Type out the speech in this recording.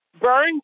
burn